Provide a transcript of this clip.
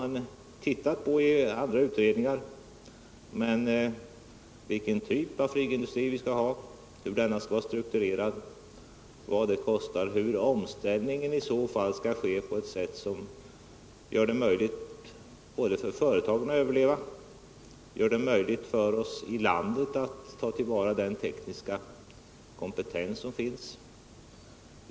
Man har tittat på frågan i andra utredningar, men vilken typ av flygindustri vi skall ha, hur den skall vara strukturerad och vad den skall kosta vet vi inte. Vi skall utreda om omställningen kan ske på ett sätt som gör det möjligt för företagen att överleva, om det är möjligt för oss i landet att ta till vara den tekniska kompetens som finns.